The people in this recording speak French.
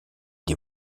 des